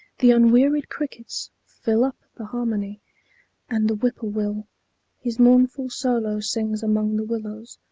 the unwearied crickets fill up the harmony and the whippoorwill his mournful solo sings among the willows.